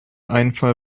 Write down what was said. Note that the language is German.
einfall